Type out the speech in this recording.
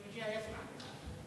ג'אי אסמע.